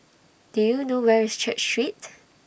Do YOU know Where IS Church Street